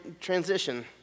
transition